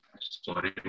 sorry